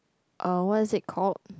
uh what is it called